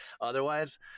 otherwise